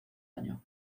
año